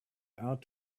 out